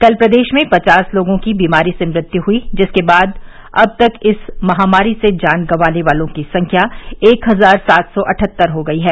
कल प्रदेश में पचास लोगों की बीमारी से मृत्यु हुयी जिसके बाद अब तक इस महामारी से जान गंवाने वालों की संख्या एक हजार सात सौ अठहत्तर हो गई है